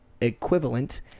equivalent